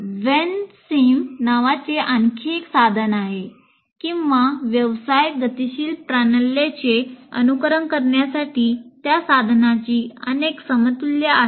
व्हेनसीम नावाचे आणखी एक साधन आहे किंवा व्यवसाय गतिशील प्रणाल्यांचे अनुकरण करण्यासाठी त्या साधनाची अनेक समतुल्ये आहेत